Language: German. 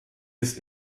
ist